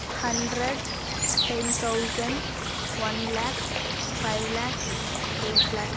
hundred ten thousand one lakh five lakh eight lakh